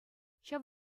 ҫав